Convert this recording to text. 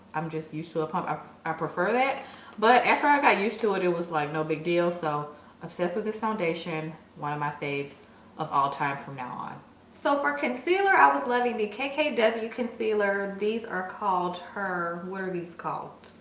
i'm just used to a pump ah i prefer that but after i got used to it, it was like no big deal. so obsessed with this foundation one of my faves of all time from now on so for concealer i was living the k'kaw concealer. these are called her were these called?